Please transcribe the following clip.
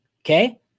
okay